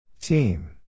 Team